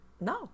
no